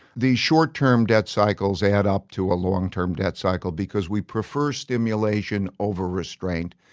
the short-term debt cycles add up to a long-term debt cycle because we prefer stimulation over restraint,